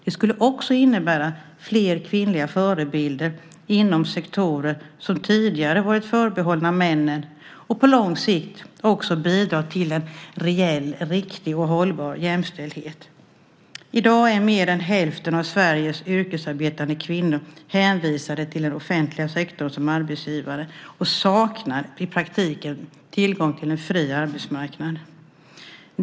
Det skulle också innebära fler kvinnliga förebilder inom sektorer som tidigare varit förbehållna männen och på lång sikt också bidra till en rejäl, riktig och hållbar jämställdhet. I dag är mer än hälften av Sveriges yrkesarbetande kvinnor hänvisade till den offentliga sektorn som arbetsgivare och saknar i praktiken tillgång till en fri arbetsmarknad.